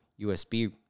USB